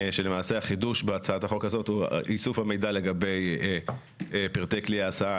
החידוש בהצעת החוק הזאת הוא איסוף המידע לגבי פרטי כלי ההסעה,